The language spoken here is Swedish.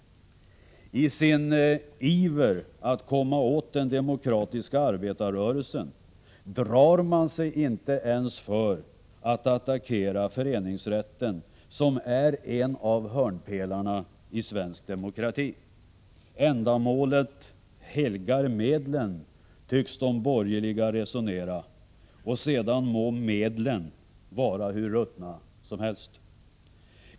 I sin iver att komma åt den demokratiska arbetarrörelsen drar man sig inte ens för att attackera föreningsrätten, som är en av hörnpelarna i svensk demokrati. Ändamålet helgar medlen, tycks de borgerliga resonera, och sedan må medlen vara hur ruttna som helst.